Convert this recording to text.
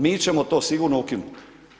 Mi ćemo to sigurno ukinuti.